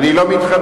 אני לא מתחמק.